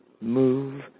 move